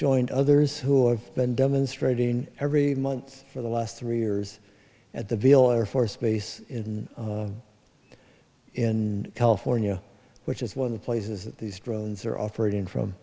joined others who are been demonstrating every month for the last three years at the viel air force base in in california which is one of the places that these drones are offered in